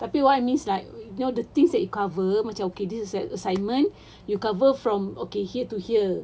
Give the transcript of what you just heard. tapi what I mean like they are the things that you cover macam okay this is like assignment you cover from okay here to here